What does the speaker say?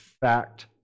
fact